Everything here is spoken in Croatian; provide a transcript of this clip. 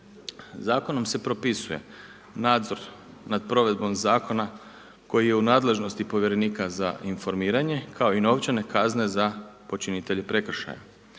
Zakonom se propisuje nadzor nad provedbom zakona koji je u nadležnosti povjerenika za informiranje kao i novčane kazne za počinitelje prekršaja.